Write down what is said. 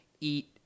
eat